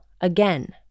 again